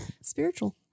spiritual